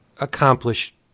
accomplished